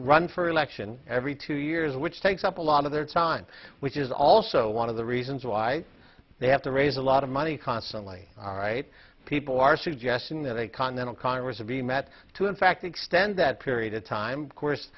run for election every two years which takes up a lot of their time which is also one of the reasons why they have to raise a lot of money constantly all right people are suggesting that a continental congress would be met to in fact extend that period of time course